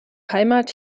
heimat